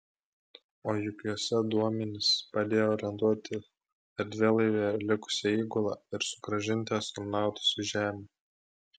o juk juose duomenys padėję orientuoti erdvėlaivyje likusią įgulą ir sugrąžinti astronautus į žemę